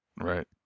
Right